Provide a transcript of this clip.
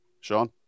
Sean